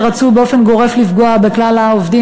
שרצו באופן גורף לפגוע בכלל העובדים,